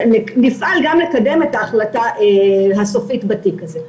ונפעל גם לקדם את ההחלטה הסופית בתיק הזה.